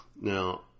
Now